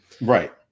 right